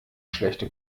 schlechte